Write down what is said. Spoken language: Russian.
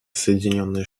соединенные